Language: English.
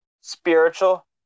spiritual